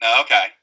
Okay